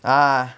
ah